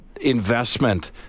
investment